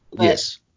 Yes